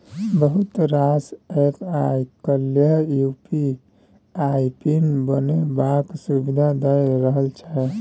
बहुत रास एप्प आइ काल्हि यु.पी.आइ पिन बनेबाक सुविधा दए रहल छै